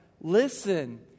listen